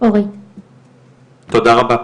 תודה רבה.